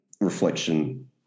reflection